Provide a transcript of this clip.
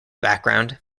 background